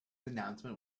announcement